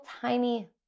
tiny